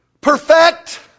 perfect